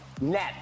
net